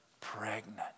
pregnant